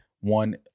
one